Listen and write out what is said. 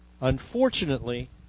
Unfortunately